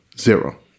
zero